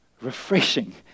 refreshing